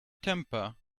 temper